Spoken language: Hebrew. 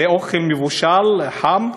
זה אוכל מבושל, חם,